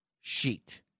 sheet